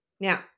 Now